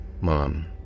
Mom